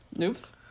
oops